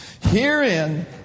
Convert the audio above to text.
Herein